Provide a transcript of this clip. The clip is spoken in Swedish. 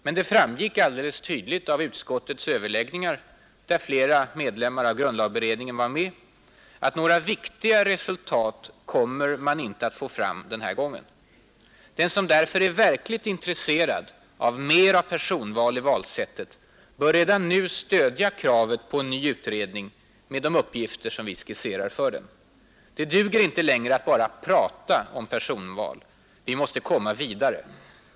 Men det framgick alldeles tydligt av utskottets överläggningar, där flera ledamöter av grundlagberedningen var med, att några viktiga resultat kommer man inte att få fram den här gången. Den som därför är verkligt intresserad av mer av personval i valsättet bör redan nu stödja kravet på en ny utredning med de uppgifter som vi skisserar för den. Det duger inte längre att bara prata om personval. Vi måste komma vidare.